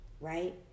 right